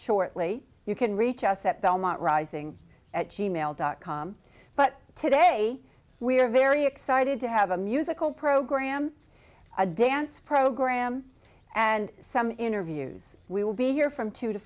shortly you can reach us at belmont rising at g mail dot com but today we are very excited to have a musical program a dance program and some interviews we will be here from two to